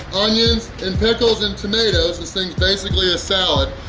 onions, and pickles and tomatoes! this thing's basically ah salad,